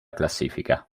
classifica